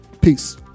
Peace